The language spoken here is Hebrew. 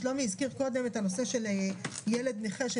שלומי הזכיר קודם את הנושא של ילד נכה,